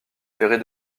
ferrée